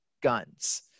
guns